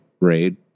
raid